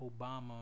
Obama